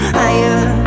higher